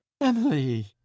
emily